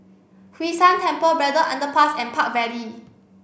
Hwee San Temple Braddell Underpass and Park Vale